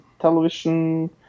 television